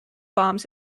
bombs